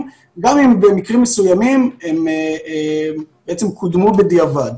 גם אם במקרים מסוימים הם בעצם קודמו בדיעבד.